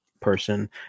person